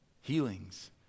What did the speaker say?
Healings